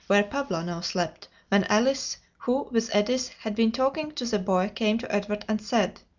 where pablo now slept, when alice, who, with edith, had been talking to the boy, came to edward and said,